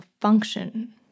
function